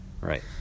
Right